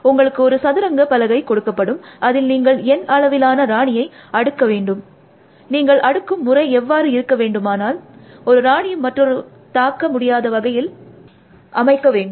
உங்களுக்கு ஒரு சதுரங்க பலகை கொடுக்கப்படும் அதில் நீங்கள் N அளவிலான ராணியை அடுக்க வேண்டும் நீங்கள் அடுக்கும் முறை எவ்வாறு இருக்க வேண்டுமானால் ஒரு ராணியும் மற்றொரு தாக்க முடியாத வகையில் அமைக்க வேண்டும்